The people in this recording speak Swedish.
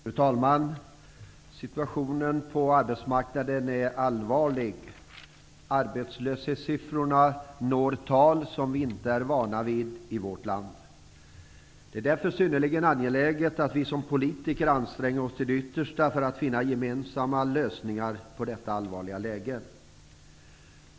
Fru talman! Situationen på arbetsmarknaden är allvarlig. Arbetslöshetssiffrorna når tal som vi inte är vana vid i vårt land. Det är därför synnerligen angeläget att vi såsom politiker anstränger oss till det yttersta för att finna gemensamma lösningar på detta allvarliga problem.